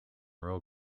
roll